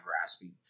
grasping